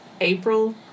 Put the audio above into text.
April